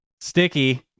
Sticky